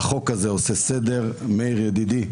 מאיר ידידי,